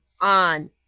On